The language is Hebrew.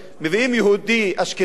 מביאים יהודי אשכנזי,